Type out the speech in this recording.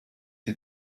die